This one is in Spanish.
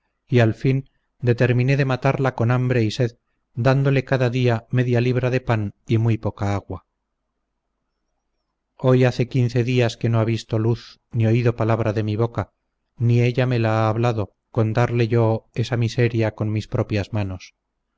y al fin determiné de matarla con hambre y sed dándole cada día media libra de pan y muy poca agua hoy hace quince días que no ha visto luz ni oído palabra de mi boca ni ella me la ha hablado con darle yo esa miseria con mis propias manos